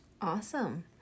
Awesome